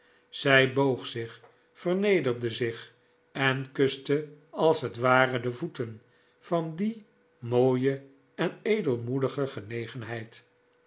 zij boog zich vernederde zich en kuste als het ware de voeten van die mooie en edelmoedige genegenheid